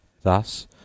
Thus